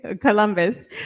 Columbus